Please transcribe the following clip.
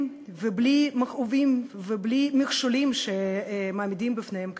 ובלי מכאובים ובלי מכשולים שמעמידים בפניהם כעת.